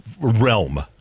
realm